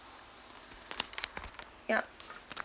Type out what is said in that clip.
yup